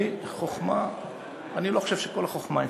אני לא חושב שכל החוכמה אצלי,